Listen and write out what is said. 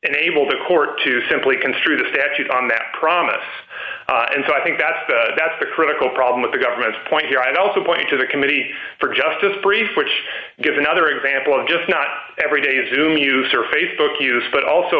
enable the court to simply construe the statute on that promise and so i think that's the that's the critical problem with the government's point here i'd also point to the committee for justice brief which gives another example of just not every day izumi use or facebook use but also